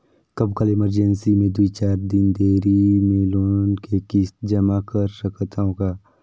कभू काल इमरजेंसी मे दुई चार दिन देरी मे लोन के किस्त जमा कर सकत हवं का?